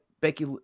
Becky